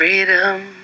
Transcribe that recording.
Freedom